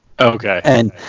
Okay